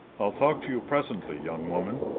i'll talk to you presently, young woman.